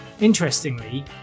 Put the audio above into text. Interestingly